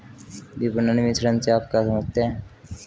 विपणन मिश्रण से आप क्या समझते हैं?